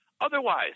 otherwise